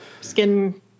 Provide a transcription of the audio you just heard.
skin